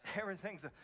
everything's